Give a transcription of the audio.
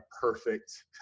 perfect